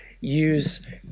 Use